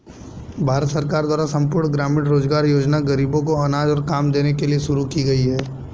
भारत सरकार द्वारा संपूर्ण ग्रामीण रोजगार योजना ग़रीबों को अनाज और काम देने के लिए शुरू की गई है